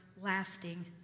lasting